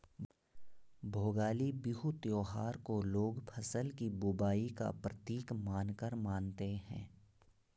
भोगाली बिहू त्योहार को लोग फ़सल की बुबाई का प्रतीक मानकर मानते हैं